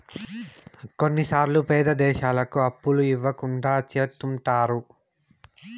కొన్నిసార్లు పేద దేశాలకు అప్పులు ఇవ్వకుండా చెత్తుంటారు